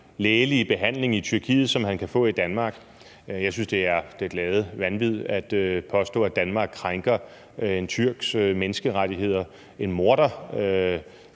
lægelige behandling i Tyrkiet, som han kan få i Danmark. Jeg synes, det er det glade vanvid at påstå, at Danmark krænker en tyrks menneskerettigheder, en morder,